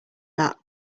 that